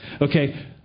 Okay